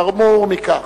חמור מכך,